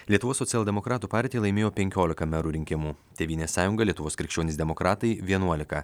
lietuvos socialdemokratų partija laimėjo penkiolika merų rinkimų tėvynės sąjunga lietuvos krikščionys demokratai vienuolika